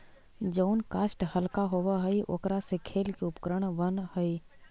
जउन काष्ठ हल्का होव हई, ओकरा से खेल के उपकरण बनऽ हई